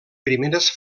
primeres